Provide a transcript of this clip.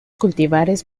cultivares